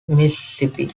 mississippi